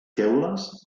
teules